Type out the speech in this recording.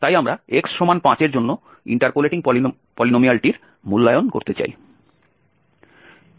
তাই আমরা x5 এর জন্য ইন্টারপোলেটিং পলিনোমিয়ালটির মূল্যায়ন করতে চাই